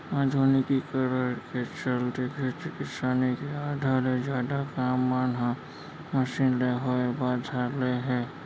आधुनिकीकरन के चलते खेती किसानी के आधा ले जादा काम मन ह मसीन ले होय बर धर ले हे